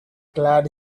glad